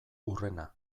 hurrena